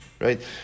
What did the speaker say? Right